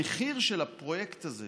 המחיר של הפרויקט הזה,